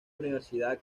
universidad